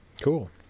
Cool